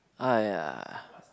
ah ya